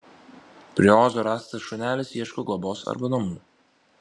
prie ozo rastas šunelis ieško globos arba namų